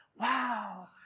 wow